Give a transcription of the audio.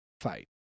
fight